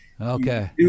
Okay